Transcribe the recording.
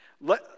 Let